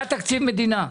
היה תקציב מדינה.